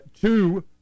two